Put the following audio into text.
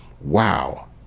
wow